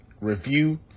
review